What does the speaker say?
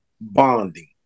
bonding